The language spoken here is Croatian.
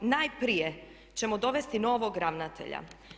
Najprije ćemo dovesti novog ravnatelja.